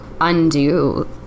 undo